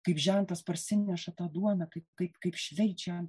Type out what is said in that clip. kaip žentas parsineša tą duoną kaip kaip kaip šveičia